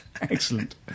Excellent